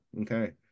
Okay